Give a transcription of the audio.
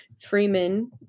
Freeman